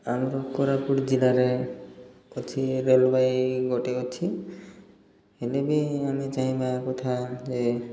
ଆମର କୋରାପୁଟ ଜିଲ୍ଲାରେ ଅଛି ରେଲବାଇ ଗୋଟେ ଅଛି ହେଲେ ବି ଆମେ ଚାହିଁବା କଥା ଯେ